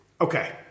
Okay